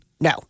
No